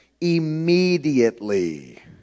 immediately